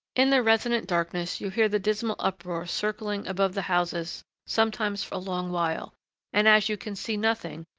in the resonant darkness you hear the dismal uproar circling above the houses sometimes for a long while and as you can see nothing,